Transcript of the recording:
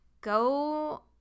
go